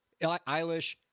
Eilish